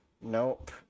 Nope